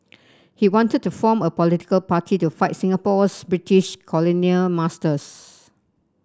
he wanted to form a political party to fight Singapore's British colonial masters